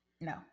No